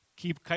Keep